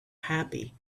happy